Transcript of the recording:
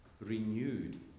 renewed